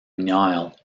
nile